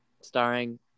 starring